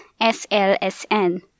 SLSN